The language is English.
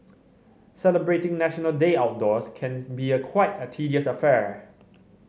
celebrating National Day outdoors can be quite a tedious affair